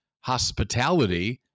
hospitality